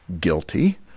guilty